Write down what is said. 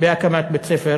בהקמת בית-ספר